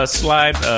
slide